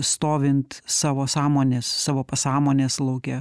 stovint savo sąmonės savo pasąmonės lauke